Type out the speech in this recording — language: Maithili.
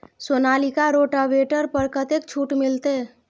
सोनालिका रोटावेटर पर कतेक छूट मिलते?